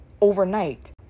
overnight